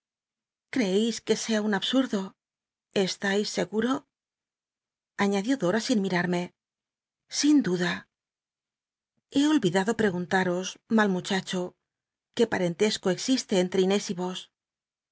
eeis que sea un abslh'do estais seguro aíiad ió dota sin mitarme sin duda he olvidado preguntaros mal muchacho qué p ll'entesco existe enl te inés y vos